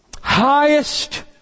highest